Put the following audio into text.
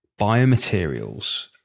biomaterials